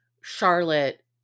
Charlotte